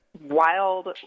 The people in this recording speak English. Wild